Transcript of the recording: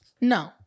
No